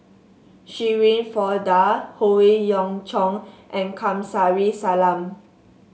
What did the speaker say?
Shirin Fozdar Howe Yoon Chong and Kamsari Salam